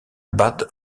bad